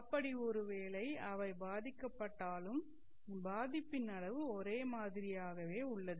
அப்படி ஒருவேளை அவை பாதிக்கப்பட்டாலும் பாதிப்பின் அளவு ஒரே மாதிரியாகவே உள்ளது